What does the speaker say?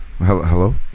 Hello